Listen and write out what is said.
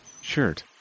shirt